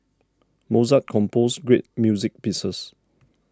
Mozart composed great music pieces